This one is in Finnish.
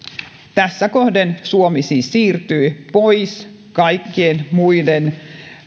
tässä kohden suomi siis siirtyy kierrätyksessä ja muussa julkisessa jätehuollossa pois kaikkien muiden